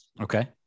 okay